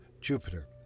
Jupiter